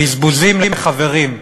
בזבוזים לחברים,